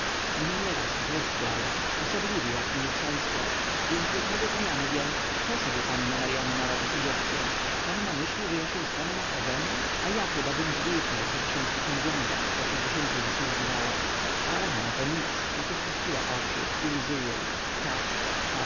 mnie nieraz złość brała osobliwie jak mnie trzęsło więc jednego dnia mówię co sobie panna maryanna robi subiekcyą panna myśli że ja się z panną ożenię a ja chybabym zgłupiał żeby się z taką wiązać co się dziesięciu wysługiwała a ona nato nic tylko spuściła głowę i łzy jej